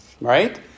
right